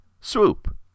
Swoop